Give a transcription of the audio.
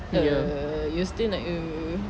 err you still not a